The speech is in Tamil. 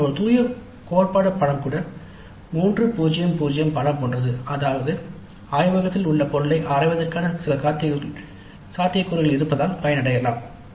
ஆனால் ஒரு தூய கோட்பாடு பாடநெறி கூட 3 0 0 பாடநெறி போன்றது ஆய்வகத்தில் உள்ள பொருளை ஆராய்வதற்கான சில சாத்தியக்கூறுகள் இருப்பதால் பயனடையலாம்